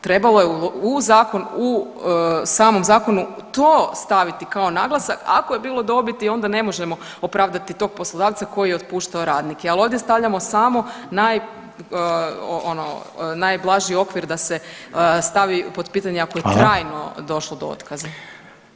Trebalo je u zakon, u samom zakonu to staviti kao naglasak, ako je bilo dobiti onda ne možemo opravdati tog poslodavca koji je otpuštao radnike, al ovdje stavljamo samo naj, ono najblaži okvir da se stavi pod pitanje ako je trajno došlo do otkaza.